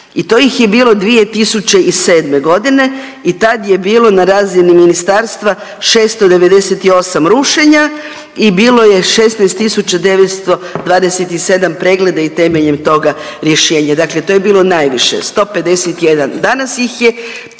i to ih je bilo 2007. godine i tad je bilo na razini ministarstva 698 rušenja i bilo je 16.927 pregleda i temeljem toga rješenja. Dakle, to je bilo najviše 151. Danas ih je